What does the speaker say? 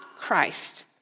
Christ